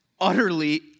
utterly